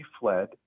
fled